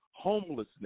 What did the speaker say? Homelessness